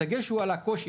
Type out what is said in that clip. הדגש הוא על הקושי,